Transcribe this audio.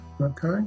okay